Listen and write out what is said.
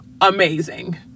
amazing